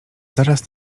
zaraz